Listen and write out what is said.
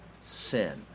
sin